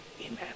Amen